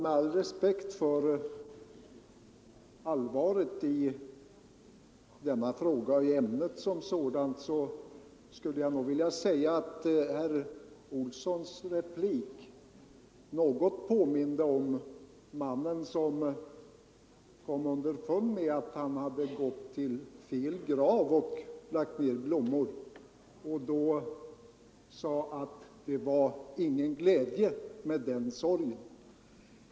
Med all respekt för allvaret i denna fråga och i ämnet som sådant vill jag ändå säga att herr Olssons i Edane replik något påminde om mannen som kom underfund med att han hade gått och lagt blommor på fel grav och då sade att det var ingen glädje med den sorgen.